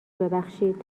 ببخشید